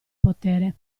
potere